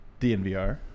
dnvr